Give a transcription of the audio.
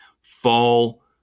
fall